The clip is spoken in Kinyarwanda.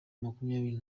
makumyabiri